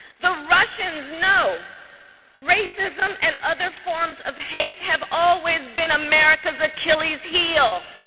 the russians know racism and other forms of hate have always been america's achilles heel.